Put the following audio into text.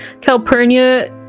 Calpurnia